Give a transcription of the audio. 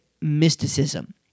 mysticism